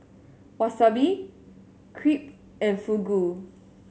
Wasabi Crepe and Fugu